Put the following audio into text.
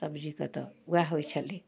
सबजीके तऽ वएह होइ छलै